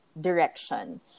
direction